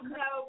no